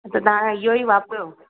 हा त तव्हां इहेई वापरियो